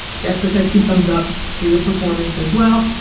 jessica, two thumbs up for your performance as well.